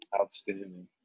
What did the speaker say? Outstanding